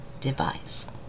device